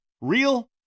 real